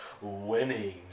Winning